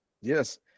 Yes